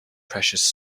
precious